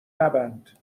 نبند